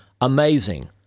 amazing